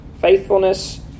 Faithfulness